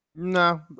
No